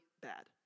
bad